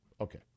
okay